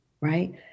right